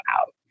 out